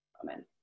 Amen